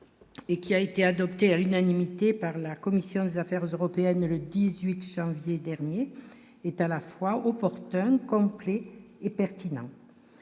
Et qui a été adopté à l'unanimité. Aidé par la commission des affaires européennes le 18 janvier dernier est à la fois aux porteurs complet et pertinent,